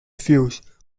fuse